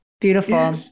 Beautiful